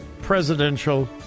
presidential